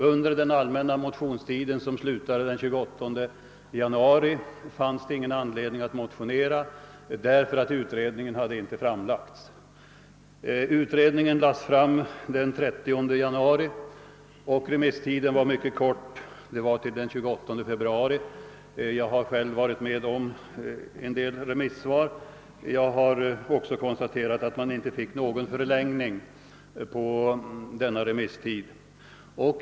Under den allmänna motionstiden, som utgick den 28 januari, fanns det ingen anledning att motionera eftersom utredningens resultat då inte hade framlagts. Detta lades fram den 30 januari, och remisstiden var sedan mycket kort — fram till den 28 februari. Jag har själv varit med om att utarbeta en del remissvar, och jag har kunnat konstatera att man inte fick någon förlängning av denna remisstid.